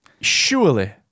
surely